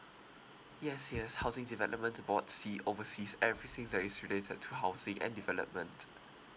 yes yes housing development board see oversees everything that is related to housing and development